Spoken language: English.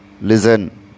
listen